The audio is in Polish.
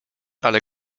ale